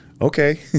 Okay